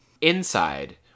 Inside